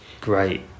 great